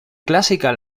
classical